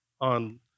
on